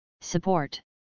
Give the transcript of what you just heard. Support